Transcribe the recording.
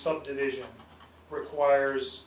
subdivision requires